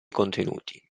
contenuti